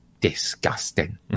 Disgusting